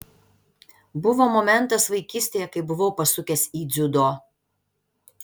buvo momentas vaikystėje kai buvau pasukęs į dziudo